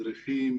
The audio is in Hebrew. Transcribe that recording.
מדריכים,